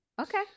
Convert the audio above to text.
Okay